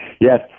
Yes